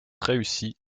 réussit